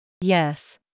Yes